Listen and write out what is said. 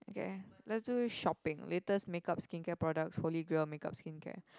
okay let's do shopping latest makeup skincare products holy grail of makeup skincare